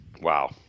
Wow